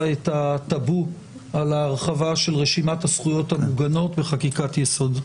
את הטאבו על ההרחבה של רשימת הזכויות המוגנות בחקיקת יסוד.